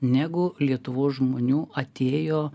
negu lietuvos žmonių atėjo